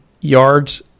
yards